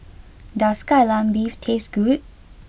does Kai Lan Beef taste good